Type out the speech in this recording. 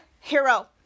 Hero